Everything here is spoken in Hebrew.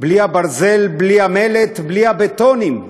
בלי הברזל, בלי המלט, בלי הבטונים,